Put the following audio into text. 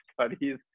studies